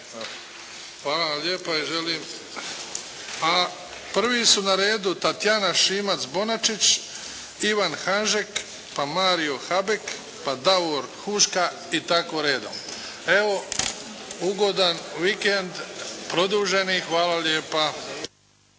vam lijepa. A prvi su na redu Tatjana Šimac-Bonačić, Ivan Hanžek, pa Mario Habek, pa Davor Huška i tako redom. Evo, ugodan vikend produženi. Hvala lijepa.